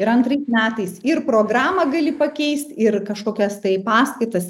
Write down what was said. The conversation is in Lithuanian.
ir antrais metais ir programą gali pakeisti ir kažkokias tai paskaitas